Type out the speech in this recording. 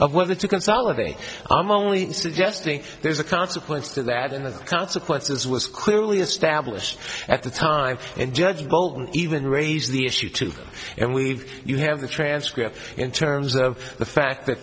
of whether to consolidate i'm only suggesting there's a consequence to that and the consequences was clearly established at the time and judge bolton even raised the issue to them and we've you have the transcript in terms of the fact that